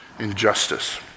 injustice